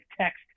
text